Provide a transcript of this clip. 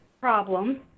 problem